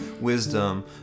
wisdom